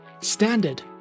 standard